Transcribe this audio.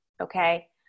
okay